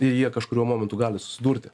ir jie kažkuriuo momentu gali susidurti